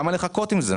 למה לחכות עם זה?